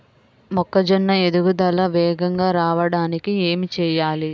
మొక్కజోన్న ఎదుగుదల వేగంగా రావడానికి ఏమి చెయ్యాలి?